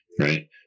right